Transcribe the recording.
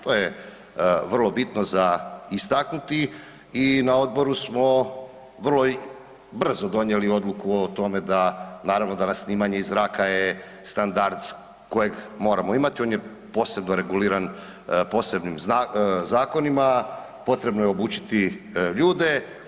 To je vrlo bitno za istaknuti i na odboru smo vrlo brzo donijeli odluku o tome da naravno danas snimanje iz zraka je standard kojeg moramo imati, on je posebno reguliran posebnim zakonima, potrebno je obučiti ljude.